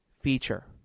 feature